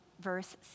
verse